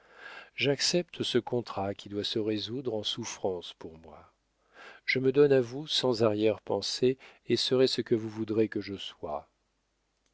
j'accepte ce contrat qui doit se résoudre en souffrances pour moi je me donne à vous sans arrière-pensée et serai ce que vous voudrez que je sois